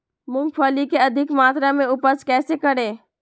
मूंगफली के अधिक मात्रा मे उपज कैसे करें?